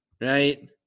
Right